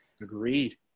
Agreed